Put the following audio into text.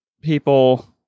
people